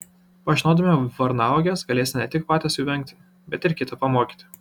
pažinodami varnauoges galėsite ne tik patys jų vengti bet ir kitą pamokyti